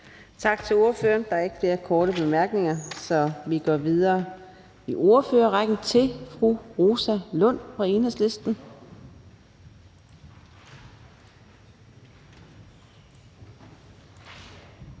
Tak til ordføreren. Der er ikke flere korte bemærkninger. Så vi går videre i ordførerrækken til fru Rosa Lund fra Enhedslisten.